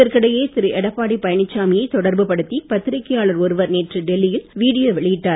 இதற்கிடையே திரு எடப்பாடி பழனிச்சாமியை தொடர்புபடுத்தி பத்திரிக்கையாளர் ஒருவர் நேற்று டெல்லியில் வீடியோ வெளியிட்டார்